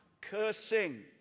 cursing